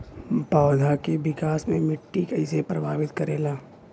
पौधा के विकास मे मिट्टी कइसे प्रभावित करेला?